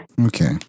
okay